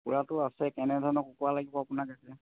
কুকুৰাটো আছে কেনেধৰণৰ কুকুৰা লাগিব আপোনাক এতিয়া